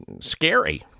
scary